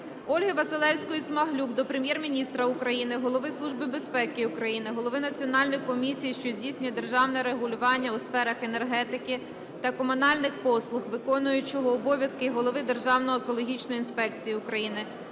Ольги Василевської-Смаглюк до Прем'єр-міністра України, Голови Служби безпеки України, голови Національної комісії, що здійснює державне регулювання у сферах енергетики та комунальних послуг, виконуючого обов'язки голови Державної екологічної інспекції України,